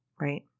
right